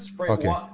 okay